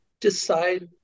decide